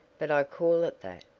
but i call it that,